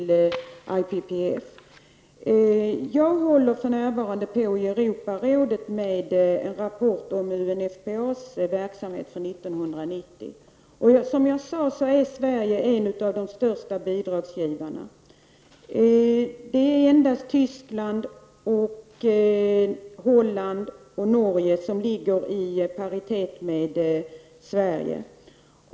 I Europarådet håller jag för närvarande på med en rapport om UNFPAs verksamhet avseende 1990. Som jag tidigare har sagt är Sverige en av de största bidragsgivarna. Det är endast Tyskland, Holland och Norge som står i paritet med Sverige.